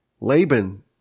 Laban